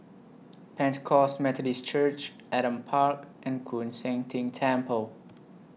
Pentecost Methodist Church Adam Park and Koon Seng Ting Temple